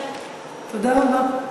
תודה רבה.